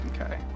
Okay